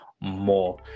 more